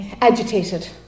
agitated